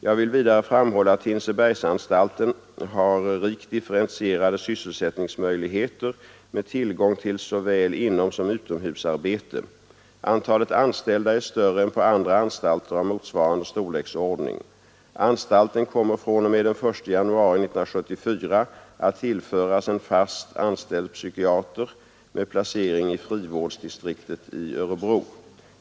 Jag vill vidare framhålla att Hinsebergsanstalten har rikt differentierade sysselsättningsmöjligheter med tillgång till såväl inomsom utomhusarbete. Antalet anställda är större än på andra anstalter av motsvarande storleksordning. Anstalten kommer fr.o.m. den 1 januari 1974 att tillföras en fast anställd psykiater med placering i frivårdsdistriktet i Örebro.